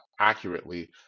accurately